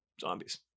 zombies